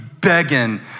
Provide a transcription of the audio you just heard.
begging